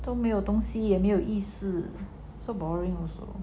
都没有东西也没有意思 so boring also